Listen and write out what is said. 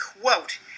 quote